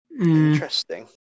Interesting